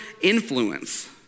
influence